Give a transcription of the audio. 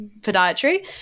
podiatry